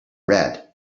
red